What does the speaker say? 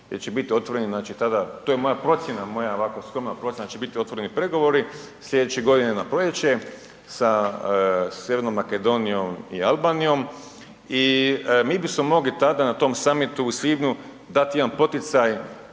gdje će biti otvoreni znači tada, to je moja procjena, moja ovako skromna procjena da će biti otvoreni pregovori sljedeće godine na proljeće sa Sjevernom Makedonijom i Albanijom i mi bismo tada na tom summitu u svibnju dati jedan poticaj